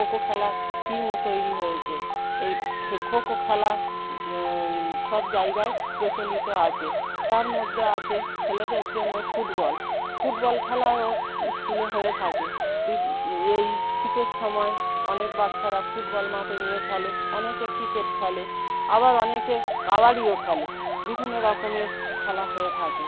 খোখো খেলার টিমও তৈরি হয়েছে এই খোখো খেলা সব জায়গায় প্রচলিত আছে তার মধ্যে আছে ছেলেদের জন্য ফুটবল ফুটবল খেলায়ও স্কুলে হয়ে থাকে বি এই শীতের সময় অনেক বাচ্চারা ফুটবল মাঠে নিতে খেলে অনেকে ক্রিকেট খেলে আবার অনেকে কাবাডিও খেলে বিভিন্ন রকমের খেলা হয়ে থাকে